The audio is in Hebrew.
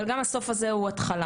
אבל גם הסוף הזה הוא התחלה,